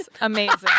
Amazing